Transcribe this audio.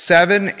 Seven